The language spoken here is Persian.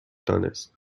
دانست